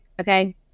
Okay